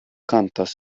kantas